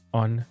on